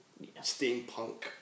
steampunk